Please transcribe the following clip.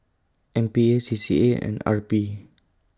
M P A C C A and R P